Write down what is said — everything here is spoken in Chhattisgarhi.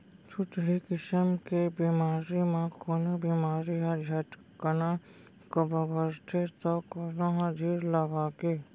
छुतही किसम के बेमारी म कोनो बेमारी ह झटकन बगरथे तौ कोनो ह धीर लगाके